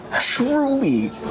truly